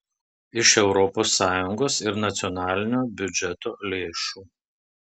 iš europos sąjungos ir nacionalinio biudžeto lėšų